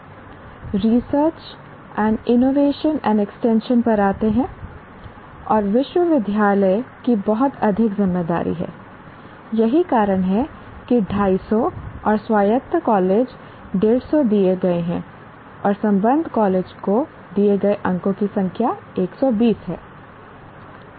research और innovation और extension पर आते हैं और विश्वविद्यालय की बहुत अधिक जिम्मेदारी है यही कारण है कि 250 और स्वायत्त कॉलेज 150 दिए गए हैं और संबद्ध कॉलेज को दिए गए अंकों की संख्या 120 है